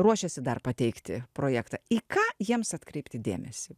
ruošiasi dar pateikti projektą į ką jiems atkreipti dėmesį